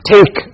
Take